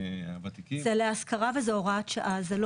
שבו בית המשפט העליון התייחס לצדק החלוקתי בנושא זה.